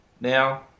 now